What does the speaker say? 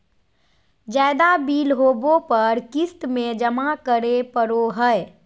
ज्यादा बिल होबो पर क़िस्त में जमा करे पड़ो हइ